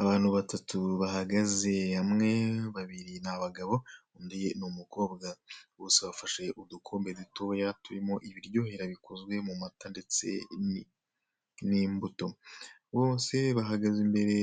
Abantu batatu bahagaze hamwe babiri ni abagabo, undiye ni umukobwa bose bafashe udukombe dutoya turimo ibiryohera bikozwe mu mata ndetse n'imbuto, bose bahagaze imbere